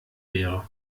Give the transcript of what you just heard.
wäre